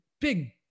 big